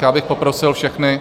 Já bych poprosil všechny.